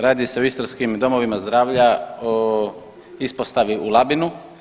Radi se o istarskim domovima zdravlja o ispostavi u Labinu.